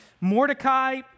Mordecai